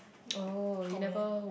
oh you never